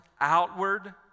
outward